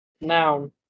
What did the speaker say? Noun